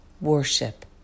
worship